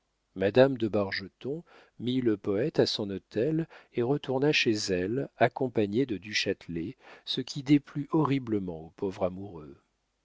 madame de bargeton mit le poète à son hôtel et retourna chez elle accompagnée de du châtelet ce qui déplut horriblement au pauvre amoureux